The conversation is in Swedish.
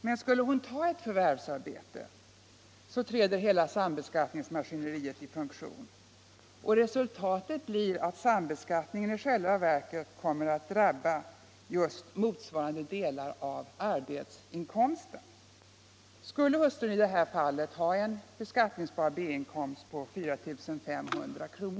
Men tar hon ett förvärvsarbete träder hela sambeskattnings Fredagen den maskineriet i funktion, och resultatet blir att sambeskattningen i själva verket 5 mars 1976 kommer att drabba just motsvarande delar av arbetsinkomsten. Skulle hustrun i det här fallet ha en beskattningsbar B-inkomst på 4 500 kr.